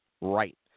Right